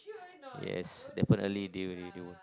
yes definitely they win won